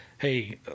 Hey